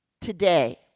today